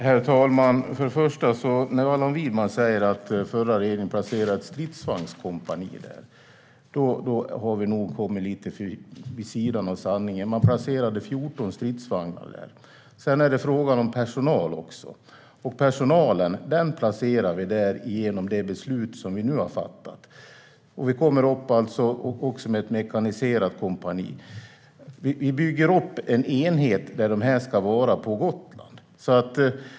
Herr talman! Allan Widman säger att den förra regeringen placerade ett stridsvagnskompani på Gotland. Det ligger nog lite vid sidan av sanningen. Man placerade 14 stridsvagnar på Gotland. Men sedan är det en fråga om personal, och personal placerar vi där genom det beslut som vi nu har fattat. Det blir också ett mekaniserat kompani. Vi bygger upp en enhet på Gotland där personalen ska vara.